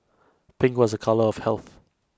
pink was A colour of health